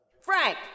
Frank